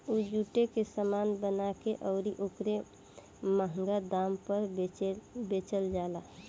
उ जुटे के सामान बना के अउरी ओके मंहगा दाम पर बेचल जाला